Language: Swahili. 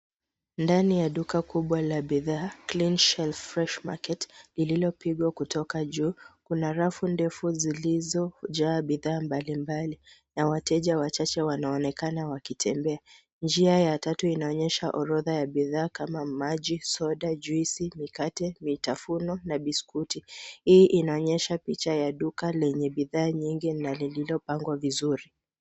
Ndani ya duka kubwa la bidhaa Cleanshelf freshmarket lililopigwa kutoka juu. Kuna rafu ndefu zilizojaa bidhaa mbalimbali na wateja wachache wanaonekana wakitembea. Njia ya tatu inaonyesha orodha ya bidhaa kama maji, soda, juisi, mikate, mitafuno na biskuti. Hii inaonyesha picha ya duka lenye bidhaa nyingi na lililopangwa vizuri.